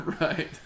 Right